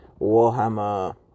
Warhammer